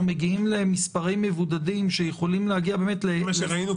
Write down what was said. מגיעים למספרי מבודדים שיכולים להגיע --- לפי מה שראינו,